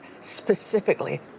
specifically